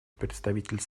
представитель